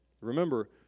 Remember